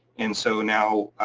and so now,